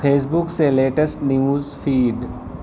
face بک سے latest news feed